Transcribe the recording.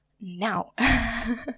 Now